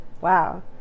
Wow